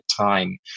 time